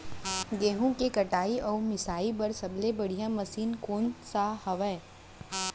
गेहूँ के कटाई अऊ मिंजाई बर सबले बढ़िया मशीन कोन सा हवये?